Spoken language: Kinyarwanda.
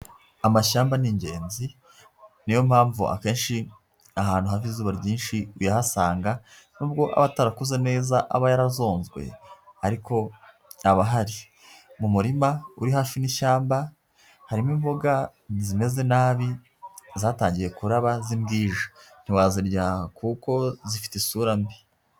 Amashyamba ni ingenzi, ni yo mpamvu akenshi, ahantu hava izuba ryinshi uyahasanga, nubwo aba atarakuze neza aba yarazonzwe, ariko aba ahari. Mu murima uri hafi n'ishyamba, harimo imboga zimeze nabi zatangiye kuraba z'imbwija. Ntiwazirya kuko zifite isura mbi.